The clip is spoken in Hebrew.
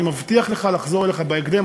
אני מבטיח לך לחזור אליך בהקדם.